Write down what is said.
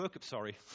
sorry